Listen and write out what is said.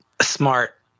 smart